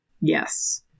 Yes